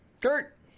Kurt